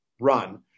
run